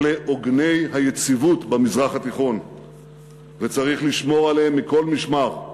אלה עוגני היציבות במזרח התיכון וצריך לשמור עליהם מכל משמר.